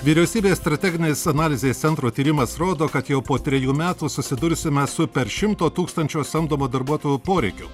vyriausybės strateginės analizės centro tyrimas rodo kad jau po trejų metų susidursime su per šimto tūkstančio samdomų darbuotojų poreikiu